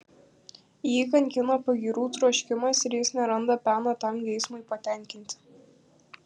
jį kankina pagyrų troškimas ir jis neranda peno tam geismui patenkinti